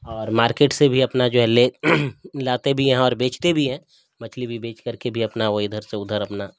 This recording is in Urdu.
اور مارکیٹ سے بھی اپنا جو ہے لے لاتے بھی ہیں اور بیچتے بھی ہیں مچھلی بھی بیچ کر کے بھی اپنا وہ ادھر سے ادھر اپنا